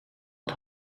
het